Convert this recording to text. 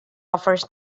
offers